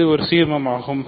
இது ஒரு சீர்மம் ஆகும்